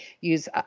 use